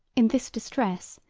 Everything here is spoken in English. in this distress,